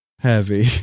heavy